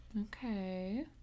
Okay